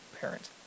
parent